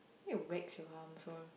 need to wax your arms all